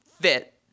fit